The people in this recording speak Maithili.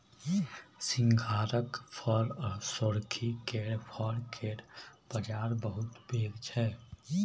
सिंघारिक फर आ सोरखी केर फर केर बजार बहुत पैघ छै